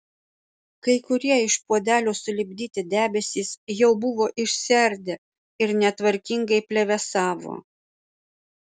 kai kurie iš puodelių sulipdyti debesys jau buvo išsiardę ir netvarkingai plevėsavo